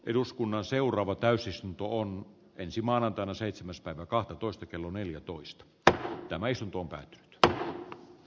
eduskunnan seuraava täysistuntoon ensi maanantaina seitsemästä kahteentoista kello neljätoista ääntä naisen asian käsittely keskeytetään